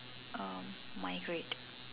erm migrate